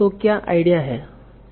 तो क्या आईडिया है